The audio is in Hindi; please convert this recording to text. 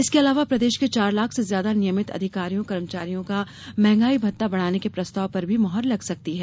इसके अलावा प्रदेश के चार लाख से ज्यादा नियमित अधिकारियों कर्मचारियों का महंगाई भत्ता बढ़ाने के प्रस्ताव पर भी मुहर लग सकती है